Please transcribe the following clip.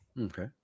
Okay